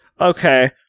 Okay